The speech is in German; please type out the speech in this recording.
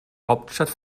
hauptstadt